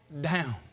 down